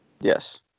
Yes